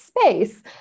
space